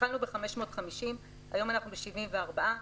התחלנו ב-550, היום אנחנו ב-74 מיליון.